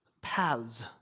paths